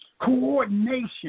Coordination